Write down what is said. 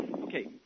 Okay